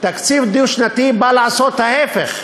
תקציב דו-שנתי בא לעשות ההפך,